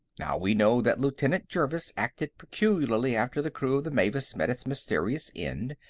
now, we know that lieutenant jervis acted peculiarly after the crew of the mavis met its mysterious end,